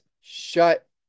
shut